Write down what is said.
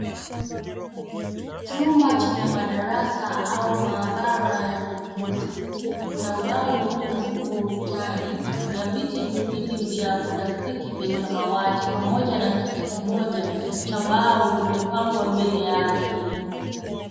Chumba chenye madarasa au maabara ya kompyuta. Kuna ubao mweupe mkubwa ukutani, na viti viwili vya plastiki vya samawati pamoja na kiti kimoja cha mbao vimepangwa mbele yake.